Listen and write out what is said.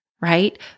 right